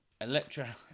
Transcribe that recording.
Electra